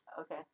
okay